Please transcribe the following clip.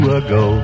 ago